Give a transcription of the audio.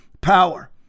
power